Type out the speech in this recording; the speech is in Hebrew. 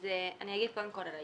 אז אני אגיד קודם כול על העיקרון.